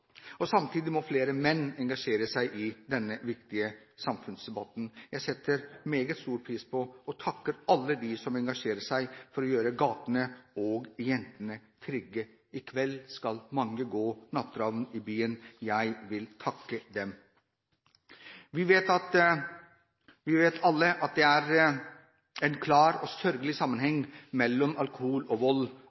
Samtidig må flere menn engasjere seg i denne viktige samfunnsdebatten. Jeg setter meget stor pris på og takker alle dem som engasjerer seg for å gjøre gatene og jentene trygge. I kveld skal mange gå natteravn i byen. Jeg vil takke dem. Vi vet alle at det er en klar og sørgelig sammenheng mellom alkohol og vold,